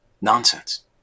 Nonsense